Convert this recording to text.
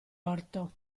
orto